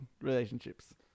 relationships